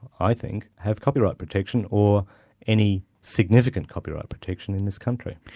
i think, have copyright protection or any significant copyright protection in this country.